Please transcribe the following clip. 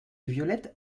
violettes